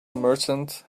merchant